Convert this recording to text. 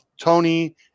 Tony –